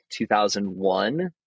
2001